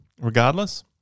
regardless